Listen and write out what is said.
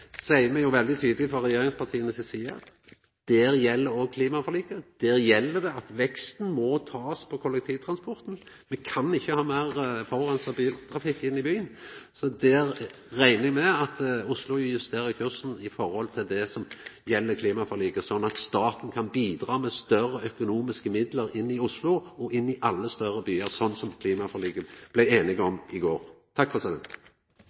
seier me veldig tydeleg frå regjeringspartia si side at der gjeld òg klimaforliket. Der gjeld det at veksten må takast på kollektivtransporten. Me kan ikkje ha meir forureinande biltrafikk inn i byen. Så der reknar eg med at Oslo justerer kursen i forhold til det som gjeld klimaforliket, sånn at staten kan bidra med meir økonomiske midlar til Oslo, og alle større byar, slik som ein blei einig om